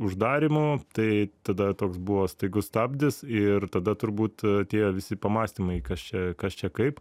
uždarymų tai tada toks buvo staigus stabdis ir tada turbūt atėjo visi pamąstymai kas čia kas čia kaip